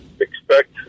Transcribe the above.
expect